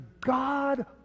God